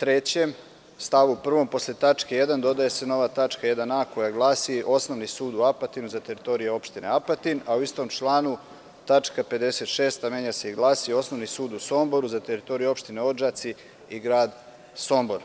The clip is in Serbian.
3. stav 1. posle tačke 1) dodaje se nova tačka 1) koja glasi – osnovni sud u Apadinu za teritoriju opštine Apatin, a u istom članu tačka 56) menja se i glasi – osnovni sud u Somboru za teritoriju opštine Odžaci i Sombor.